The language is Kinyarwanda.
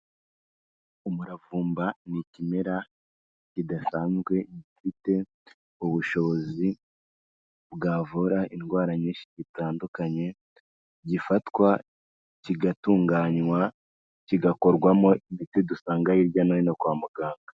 Umuravumba ni ikimera kidasanzwe, gifite ubushobozi bwavura indwara nyinshi zitandukanye, gifatwa kigatunganywa, kigakorwamo imiti dusanga hirya no hino kwa muganga.